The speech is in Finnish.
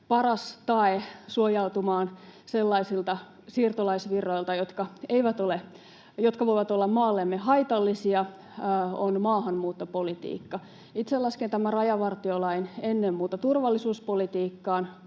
paras tae suojautumaan sellaisilta siirtolaisvirroilta, jotka voivat olla maallemme haitallisia, on maahanmuuttopolitiikka. Itse lasken tämän rajavartiolain ennen muuta turvallisuuspolitiikkaan